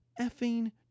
effing